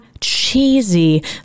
cheesy